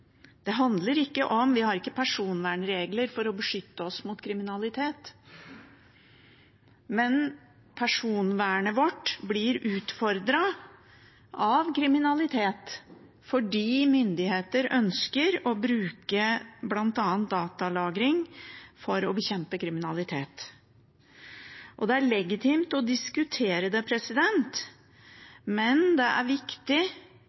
det handler om. Vi har ikke personvernregler for å beskytte oss mot kriminalitet, men personvernet vårt blir utfordret av kriminalitet fordi myndigheter ønsker å bruke bl.a. datalagring for å bekjempe kriminalitet. Det er legitimt å diskutere det, men det er viktig